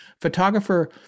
photographer